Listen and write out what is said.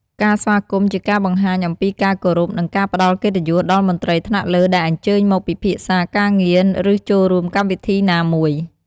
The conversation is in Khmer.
ការស្វាគមន៍ជាការបង្ហាញអំពីការគោរព និងការផ្តល់កិត្តិយសដល់មន្ត្រីថ្នាក់លើដែលអញ្ជើញមកពិភាក្សាការងារ ឬចូលរួមកម្មវិធីណាមួយ។